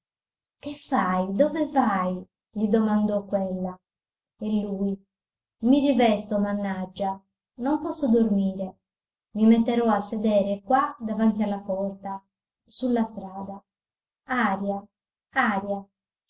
che fai dove vai gli domandò quella e lui i rivesto mannaggia non posso dormire i metterò a sedere qua davanti la porta su la strada aria aria